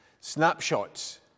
snapshots